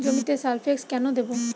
জমিতে সালফেক্স কেন দেবো?